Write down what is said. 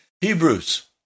Hebrews